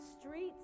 streets